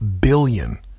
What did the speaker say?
billion